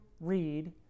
read